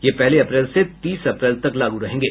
ये पहली अप्रैल से तीस अप्रैल तक लागू रहेंगे